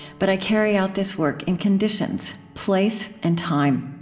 but i carry out this work in conditions place and time.